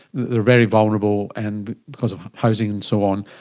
they're very vulnerable, and, because of housing and so on,